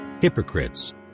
hypocrites